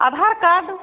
Aadhaar card